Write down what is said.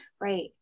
Right